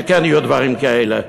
כן יהיו דברים כאלה?